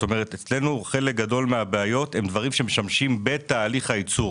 כלומר אצלנו חלק גדול מהביעות הן דברים שמשמשים בתהליך היצור.